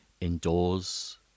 indoors